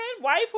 wife